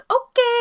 Okay